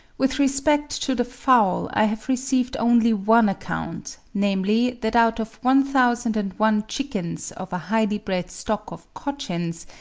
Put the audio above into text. with respect to the fowl, i have received only one account, namely, that out of one thousand and one chickens of a highly-bred stock of cochins,